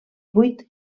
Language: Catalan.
vuit